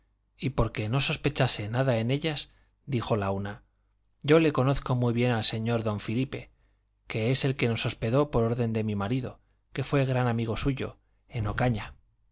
y porque no sospechase nada de ellas dijo la una yo le conozco muy bien al señor don filipe que es el que nos hospedó por orden de mi marido que fue gran amigo suyo en ocaña